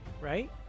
right